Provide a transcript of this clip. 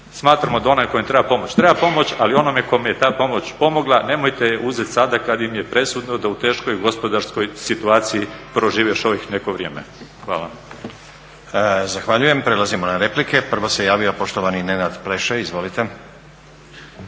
smatramo da onaj kome treba pomoć, treba pomoć, ali onome kome je ta pomoć pomogla nemojte je uzet sada kad im je presudno da u teškoj gospodarskoj situaciji prožive još ovih neko vrijeme. Hvala. **Stazić, Nenad (SDP)** Zahvaljujem. Prelazimo na replike. Prvo se javio poštovani Nenad Pleše, izvolite.